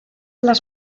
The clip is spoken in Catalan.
les